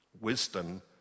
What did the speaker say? Wisdom